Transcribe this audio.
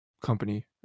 company